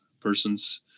persons